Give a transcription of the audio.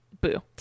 Boo